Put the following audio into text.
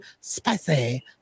spicy